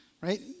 right